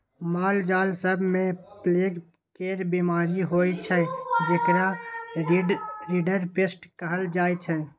मालजाल सब मे प्लेग केर बीमारी होइ छै जेकरा रिंडरपेस्ट कहल जाइ छै